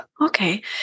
Okay